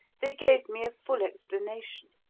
they gave me a full explanation.